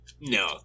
no